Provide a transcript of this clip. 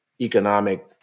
economic